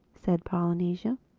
said polynesia,